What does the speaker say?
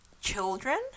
children